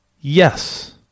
Yes